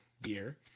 beer